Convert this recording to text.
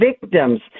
victims